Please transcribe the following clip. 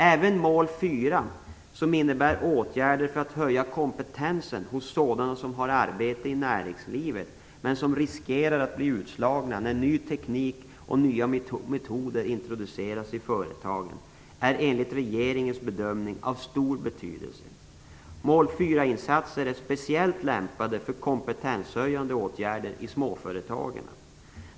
Även mål 4 som innebär åtgärder för att höja kompetensen hos sådana som har arbete i näringslivet men som riskerar att bli utslagna när ny teknik och nya metoder introduceras i företagen är enligt regeringens bedömning av stor betydelse. Mål 4-insatser är speciellt lämpade för kompetenshöjande åtgärder i småföretagen.